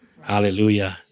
Hallelujah